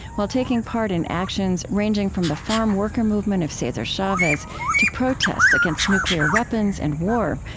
while taking part in actions, ranging from the farm worker movement of cesar chavez to protests against nuclear weapons and war,